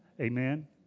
Amen